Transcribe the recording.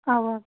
آ